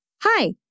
hi